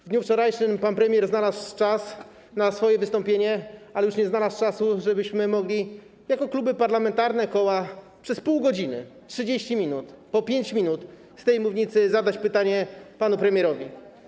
W dniu wczorajszym pan premier znalazł czas na swoje wystąpienie, ale już nie znalazł czasu, żebyśmy mogli jako kluby parlamentarne, koła przez pół godziny, 30 minut, po 5 minut, z tej mównicy zadać pytania panu premierowi.